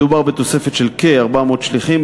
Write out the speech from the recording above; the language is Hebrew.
מדובר בתוספת של כ-400 שליחים,